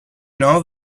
know